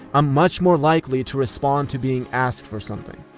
i'm much more likely to respond to being asked for something.